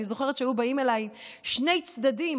אני זוכרת שהיו באים אליי שני צדדים,